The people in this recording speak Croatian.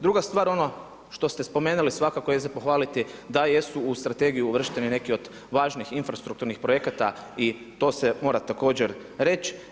Druga stvar, ono što ste spomenuli svakako je za pohvaliti da jesu u strategiju uvršteni neki od važnih infrastrukturnih projekata i to se mora također reći.